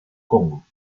congo